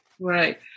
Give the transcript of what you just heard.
Right